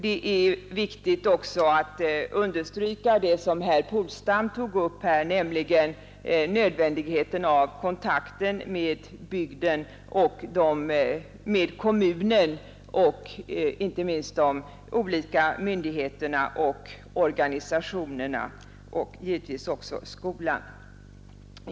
Det är viktigt att understryka vad herr Polstam tog upp, nämligen nödvändigheten av kontakt med bygden, med kommunen och inte minst med de olika myndigheterna och organisationerna och givetvis också med skolan.